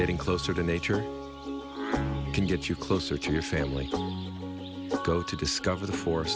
getting closer to nature can get you closer to your family go to discover the forst